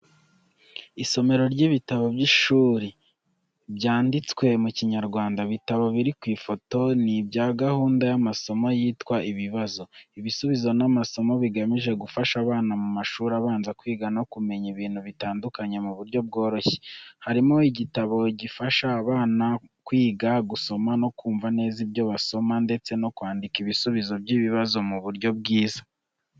Isomero ry'ibitabo by’ishuri byanditswe mu Kinyarwanda. Ibitabo biri ku ifoto ni ibya gahunda y’amasomo yitwa ibibazo, ibisubizo n’amasomo bigamije gufasha abana mu mashuri abanza kwiga no kumenya ibintu bitandukanye mu buryo bworoshye. Harimo gitabo gifasha abana mu kwiga gusoma no kumva neza ibyo basoma, ndetse no kwandika ibisubizo by’ibibazo mu buryo bwiza.